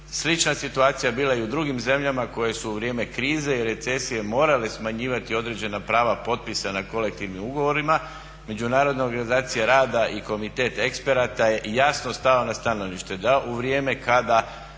Slična situacija je bila i u drugim zemljama koje su u vrijeme krize i recesije morale smanjivati određena prava potpisa na kolektivnim ugovorima. Međunarodna organizacija rada i komitet eksperata je jasno stao na stanovište da u vrijeme kada